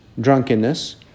drunkenness